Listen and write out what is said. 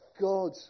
God